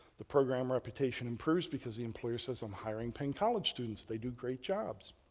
the program reputation improves because the employers says i'm hiring paying college students. they do great jobs.